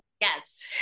yes